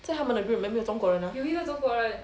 在他们的 group 里面没有中国人 ah